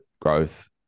growth